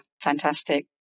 fantastic